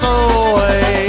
away